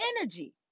energy